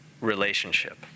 relationship